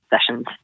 sessions